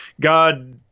God—